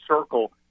circle